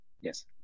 Yes